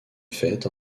fêtes